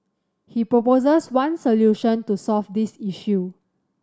he proposes one solution to solve this issue